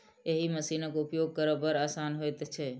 एहि मशीनक उपयोग करब बड़ आसान होइत छै